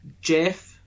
Jeff